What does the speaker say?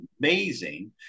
amazing